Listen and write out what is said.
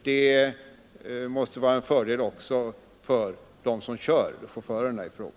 Det måste vara en fördel också för chaufförerna i fråga.